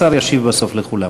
השר ישיב בסוף לכולם.